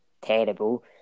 terrible